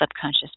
subconscious